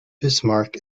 bismarck